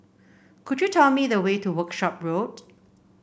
could you tell me the way to Workshop Road